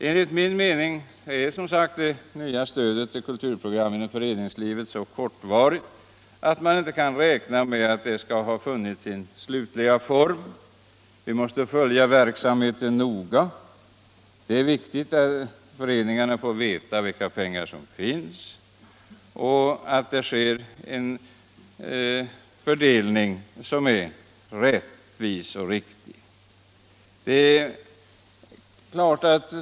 Enligt min mening har, som sagt, det nya stödet till kulturprogram inom föreningslivet existerat så kort tid att man inte kan räkna med att det skall ha funnit sin slutliga form. Vi måste därför följa verksamheten noga. Det är viktigt att föreningarna får veta vilka pengar som finns och att det sker en rättvis och riktig fördelning.